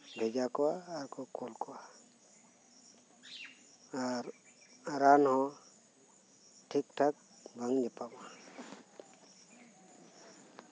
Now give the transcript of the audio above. ᱵᱷᱮᱡᱟ ᱠᱚᱣᱟ ᱟᱨ ᱠᱚ ᱠᱳᱞ ᱠᱚᱣᱟ ᱟᱨ ᱨᱟᱱ ᱦᱚᱸ ᱴᱷᱤᱠᱼᱴᱷᱟᱠ ᱵᱟᱝ ᱧᱟᱯᱟᱢᱟ